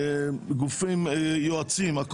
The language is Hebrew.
ביועצים וכולי.